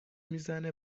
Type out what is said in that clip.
میزنه